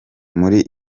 muri